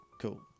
Cool